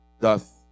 doth